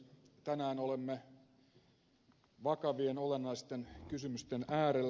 tänään olemme vakavien olennaisten kysymysten äärellä